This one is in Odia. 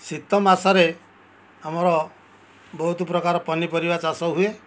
ଶୀତ ମାସରେ ଆମର ବହୁତ ପ୍ରକାର ପନିପରିବା ଚାଷ ହୁଏ